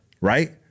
right